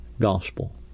gospel